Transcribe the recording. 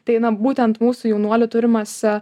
ateina būtent mūsų jaunuolių turimuose